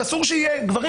אסור שיהיו גברים,